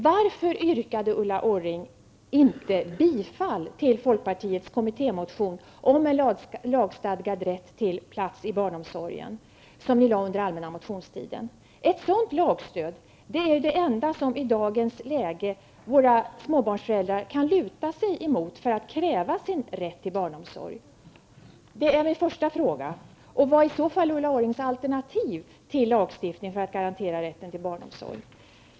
Varför yrkade Ulla Orring inte bifall till folkpartiets kommittémotion om en lagstadgad rätt till plats i barnomsorgen, som ni väckte under allmänna motionstiden? Ett sådant lagförslag är det enda som våra småbarnsföräldrar i dagens läge kan luta sig mot för att kräva sin rätt till barnomsorg. Vad är i så fall Ulla Orrings alternativ till lagstiftning för att garantera rätten till barnomsorg?